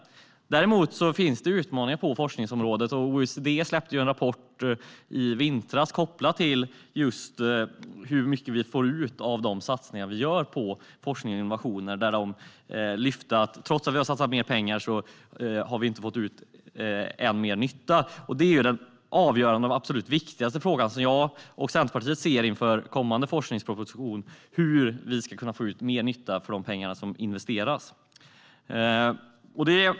Däremot finns det utmaningar på forskningsområdet. OECD släppte i vintras en rapport kopplat till just hur mycket vi får ut av de satsningar vi gör på forskning och innovationer, där man lyfte fram att vi trots att vi har satsat mer pengar inte har fått ut mer nytta. Detta är en avgörande fråga och den absolut viktigaste frågan jag och Centerpartiet ser inför den kommande forskningspropositionen, alltså hur vi ska kunna få ut mer nytta för de pengar som investeras.